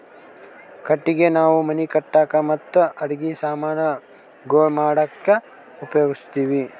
ಕಟ್ಟಗಿ ನಾವ್ ಮನಿ ಕಟ್ಟಕ್ ಮತ್ತ್ ಅಡಗಿ ಸಮಾನ್ ಗೊಳ್ ಮಾಡಕ್ಕ ಉಪಯೋಗಸ್ತಿವ್